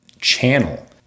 channel